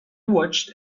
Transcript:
watched